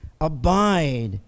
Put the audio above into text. Abide